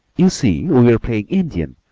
you see we were playing indian,